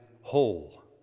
whole